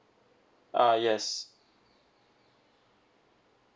uh yes